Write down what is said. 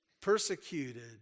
persecuted